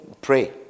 pray